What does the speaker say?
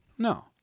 No